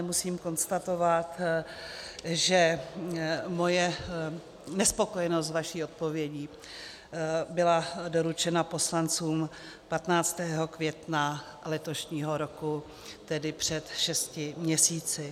Musím ale konstatovat, že moje nespokojenost s vaší odpovědí byla doručena poslancům 15. května letošního roku, tedy před šesti měsíci.